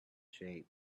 shape